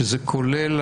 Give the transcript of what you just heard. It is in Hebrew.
שזה כולל